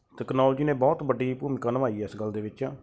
technology ਨੇ ਬਹੁਤ ਵੱਡੀ ਭੂਮਿਕਾ ਨਿਭਾਈ ਹੈ ਇਸ ਗੱਲ ਦੇ ਵਿੱਚ